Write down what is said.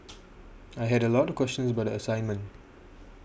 I had a lot of questions about the assignment